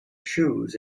shoes